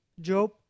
Job